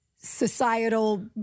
societal